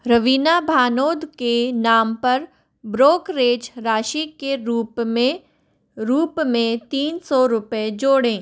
रवीना भानोद के नाम पर ब्रोकरेज राशि के रूप में रूप में तीन सौ रुपए जोड़ें